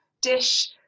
dish